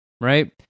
right